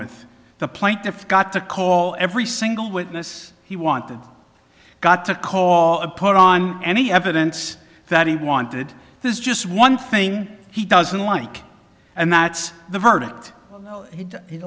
with the plaintiff got to call every single witness he wanted got to call upon any evidence that he wanted this is just one thing he doesn't like and that's the verdict he